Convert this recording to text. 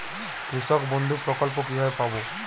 কৃষকবন্ধু প্রকল্প কিভাবে পাব?